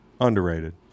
Underrated